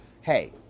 hey